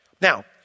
Now